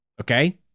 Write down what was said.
Okay